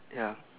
ya